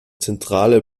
zentrale